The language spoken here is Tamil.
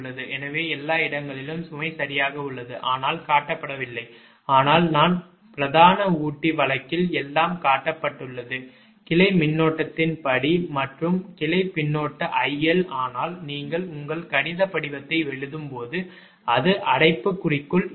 எனவே எல்லா இடங்களிலும் சுமை சரியாக உள்ளது ஆனால் காட்டப்படவில்லை ஆனால் நான் பிரதான ஊட்டி வழக்கில் எல்லாம் காட்டப்பட்டுள்ளது கிளை மின்னோட்டத்தின் படி மற்றும் கிளை பின்னொட்டு 𝑖𝐿 ஆனால் நீங்கள் உங்கள் கணித படிவத்தை எழுதும்போது அது அடைப்புக்குறிக்குள் இருக்கும்